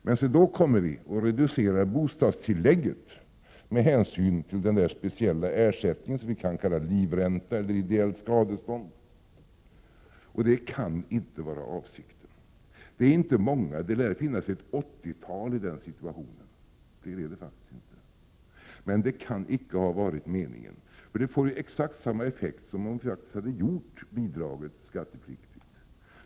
Men se, då kommer vi och reducerar bostadstilläggen med hänvisning till denna speciella ersättning, som vi kan kalla livränta eller ideellt skadestånd. Detta kan inte vara avsikten. Det är inte många det handlar om. Det lär finnas ett åttiotal som befinner sig i denna situation — fler är det faktiskt inte. Detta kan alltså icke ha varit meningen, för det får exakt samma effekt som om man faktiskt hade gjort bidraget skattepliktigt.